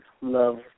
Love